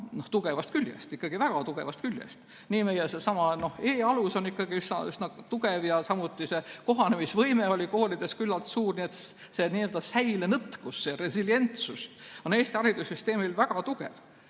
tugevast küljest, ikkagi väga tugevast küljest. Meie e‑alus on ikkagi üsna tugev ja samuti kohanemisvõime oli koolides küllalt suur. Nii et see n‑ö säilenõtkus, see resilientsus on Eesti haridussüsteemil väga tugev.